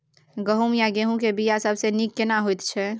गहूम या गेहूं के बिया सबसे नीक केना होयत छै?